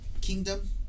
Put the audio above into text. Kingdom